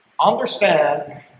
Understand